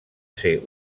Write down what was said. ser